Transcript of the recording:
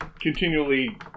continually